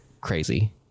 Crazy